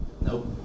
Nope